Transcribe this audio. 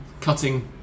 cutting